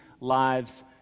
lives